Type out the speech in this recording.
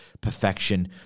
perfection